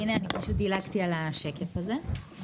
פשוט דילגתי על השקף הזה.